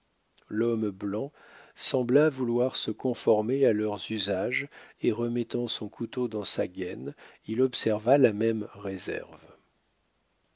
l'homme blanc sembla vouloir se conformer à leurs usages et remettant son couteau dans sa gaine il observa la même réserve